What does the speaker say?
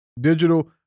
digital